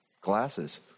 glasses